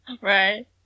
Right